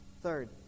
Third